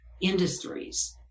industries